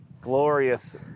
glorious